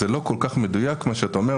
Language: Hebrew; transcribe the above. זה לא כל כך מדויק מה שאתה אומר,